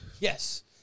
Yes